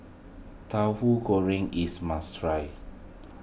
Tauhu Goreng is must try